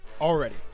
already